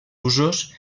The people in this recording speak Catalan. usos